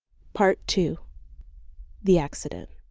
part two the accident